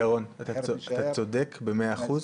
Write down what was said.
ירון, אתה צודק במאה אחוז.